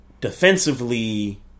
defensively